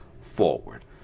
forward